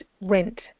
rent